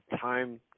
time